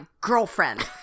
girlfriend